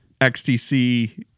XTC